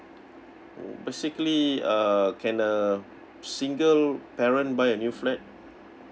basically uh can a single parent buy a new flat